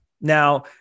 Now